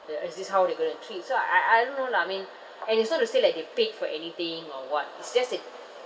ya is this how they're going to treat so I I don't know lah I mean and it's not to say like they paid for anything or what it's just that